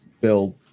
build